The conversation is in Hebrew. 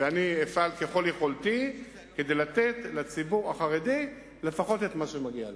ואני אפעל ככל יכולתי כדי לתת לציבור החרדי לפחות את מה שמגיע לו.